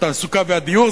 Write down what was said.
התעסוקה והדיור,